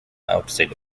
outside